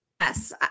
Yes